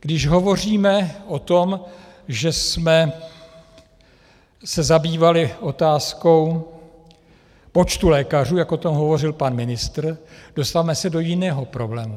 Když hovoříme o tom, že jsme se zabývali otázkou počtu lékařů, jak o tom hovořil pan ministr, dostáváme se do jiného problému.